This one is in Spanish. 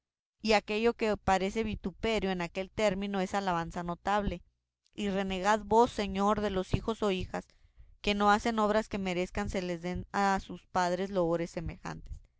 y aquello que parece vituperio en aquel término es alabanza notable y renegad vos señor de los hijos o hijas que no hacen obras que merezcan se les den a sus padres loores semejantes